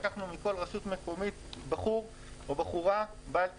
לקחנו מכל רשות מקומית בחור או בחורה בעל תפקיד,